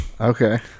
Okay